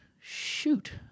shoot